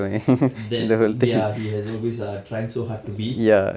that ya he has always ah trying so hard to be